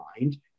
mind